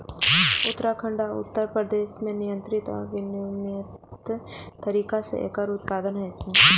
उत्तराखंड आ उत्तर प्रदेश मे नियंत्रित आ विनियमित तरीका सं एकर उत्पादन होइ छै